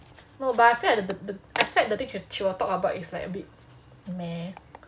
no but like I feel like the the I feel like the things that she will talk about is a bit meh